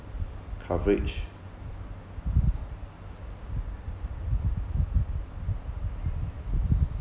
coverage